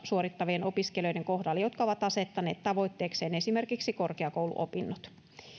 suorittavien opiskelijoiden kohdalla jotka ovat asettaneet tavoitteekseen esimerkiksi korkeakouluopinnot